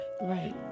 right